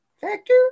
factor